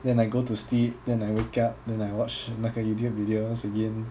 then I go to sleep then I wake up then I watch 那个 YouTube videos again